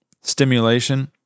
stimulation